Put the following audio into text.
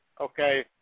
Okay